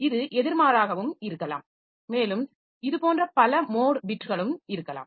இது எதிர் மாறாகவும் இருக்கலாம் மேலும் இதுபோன்ற பல மோட் பிட்களும் இருக்கலாம்